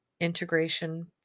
integration